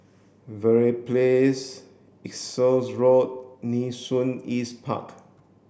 Verde Place Essex Road Nee Soon East Park